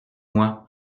moi